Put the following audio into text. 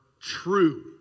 true